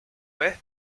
ves